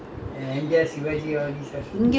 bukit timah in the sixties uh